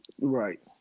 Right